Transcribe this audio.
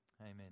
Amen